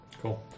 Cool